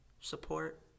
support